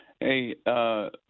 Hey